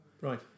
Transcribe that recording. Right